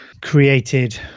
created